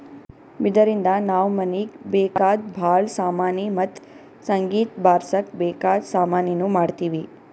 ಬಿದಿರಿನ್ದ ನಾವ್ ಮನೀಗ್ ಬೇಕಾದ್ ಭಾಳ್ ಸಾಮಾನಿ ಮತ್ತ್ ಸಂಗೀತ್ ಬಾರ್ಸಕ್ ಬೇಕಾದ್ ಸಾಮಾನಿನೂ ಮಾಡ್ತೀವಿ